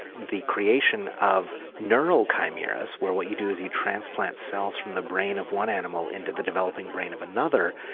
the creation of neural chimeras where what you do is you transplant cells from the brain of one animal into the developing brain of another,